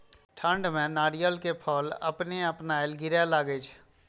ठंड में नारियल के फल अपने अपनायल गिरे लगए छे?